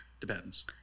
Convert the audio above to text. depends